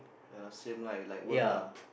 ya same like like work lah